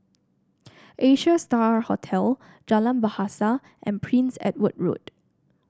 Asia Star Hotel Jalan Bahasa and Prince Edward Road